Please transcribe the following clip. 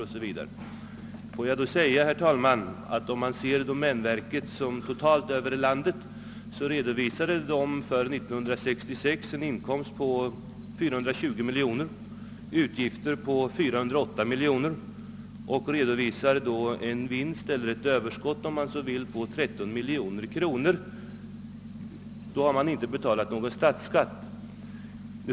Om man räknar med hela landet, herr talman, redovisade domänverket för 1966 en inkomst på 420 miljoner kronor och utgifter på 408 miljoner varvid överskottet blir 12 miljoner, och då har det inte betalats någon statsskatt.